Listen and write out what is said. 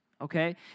Okay